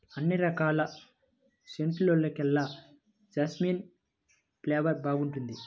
అన్ని రకాల సెంటుల్లోకెల్లా జాస్మిన్ ఫ్లేవర్ బాగుంటుంది